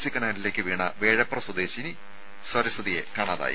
C കനാലിലേക്ക് വീണ വേഴപ്ര സ്വദേശിനി സരസ്വതിയെ കാണാതായി